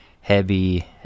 heavy